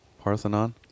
Parthenon